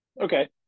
Okay